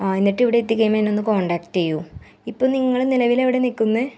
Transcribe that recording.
ആ എന്നിട്ടിവിടെ എത്തിക്കഴിയുമ്പം എന്നെ ഒന്ന് കോണ്ടാക്ട് ചെയ്യു ഇപ്പം നിങ്ങൾ നിലവിലെവിടെ നിക്കുന്നത്